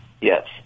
Yes